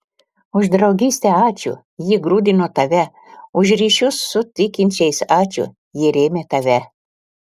už draugystę ačiū ji grūdino tave už ryšius su tikinčiais ačiū jie rėmė tave